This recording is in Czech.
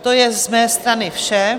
To je z mé strany vše.